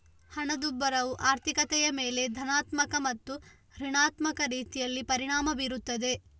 ಹಣದುಬ್ಬರವು ಆರ್ಥಿಕತೆಯ ಮೇಲೆ ಧನಾತ್ಮಕ ಮತ್ತು ಋಣಾತ್ಮಕ ರೀತಿಯಲ್ಲಿ ಪರಿಣಾಮ ಬೀರುತ್ತದೆ